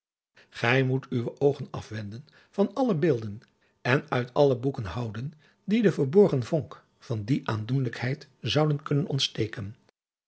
gij moet uwe oogen afwenden van alle beelden en uit alle boeken houden die de verborgen vonk van die aandoenelijkheid zouden kunnen ontsteken